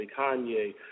Kanye